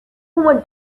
woman